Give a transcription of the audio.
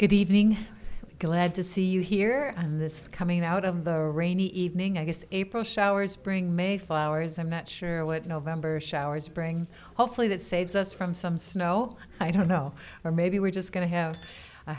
good evening glad to see you here on this coming out of the rainy evening i guess april showers bring may flowers i'm not sure what november showers bring hopefully that saves us from some snow i don't know or maybe we're just going to have a